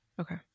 okay